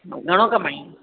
घणो कमाइनि